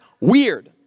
weird